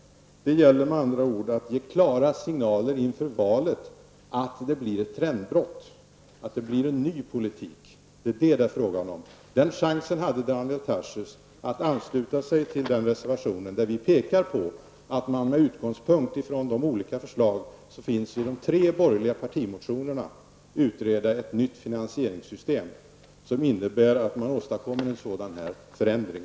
Det gäller med andra ord att inför valet ge klara signaler om att det blir ett trendbrott, att det blir en ny politik. Det är detta det är fråga om. Daniel Tarschys hade chansen att ansluta sig till den reservation där vi pekar på att man med utgångspunkt i de olika förslag som finns i de tre borgerliga partimotionerna bör utreda ett nytt finansieringssystem, som innebär att man åstadkommer en sådan förändring.